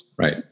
Right